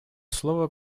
слово